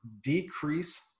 decrease